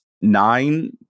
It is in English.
Nine